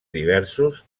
diversos